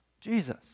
Jesus